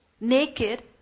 naked